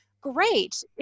Great